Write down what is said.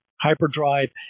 hyperdrive